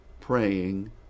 praying